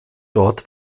dort